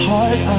Heart